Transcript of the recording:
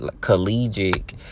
collegiate